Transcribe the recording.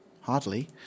Hardly